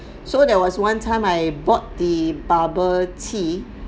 so there was one time I bought the bubble tea